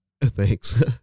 Thanks